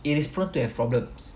it is prone to have problems